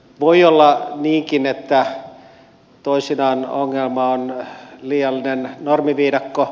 voi olla niinkin että toisinaan ongelma on liiallinen normiviidakko